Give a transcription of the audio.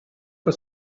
for